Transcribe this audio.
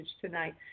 tonight